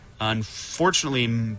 unfortunately